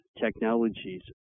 technologies